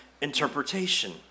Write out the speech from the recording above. interpretation